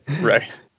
Right